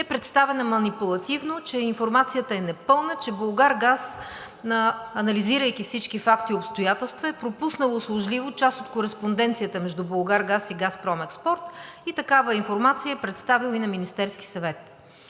записала съм си я, че информацията е непълна, че „Булгаргаз“, анализирайки всички факти и обстоятелства, е пропуснал услужливо част от кореспонденцията между „Булгаргаз“ и „Газпром Експорт“ и такава информация е представил и на Министерския съвет.